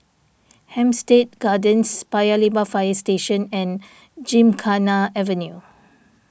Hampstead Gardens Paya Lebar Fire Station and Gymkhana Avenue